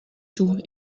tout